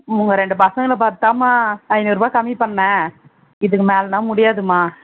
உங்கள் ரெண்டு பசங்களை பார்த்து தான்ம்மா ஐநூறுபா கம்மி பண்ணேன் இதுக்கு மேலேலாம் முடியாதும்மா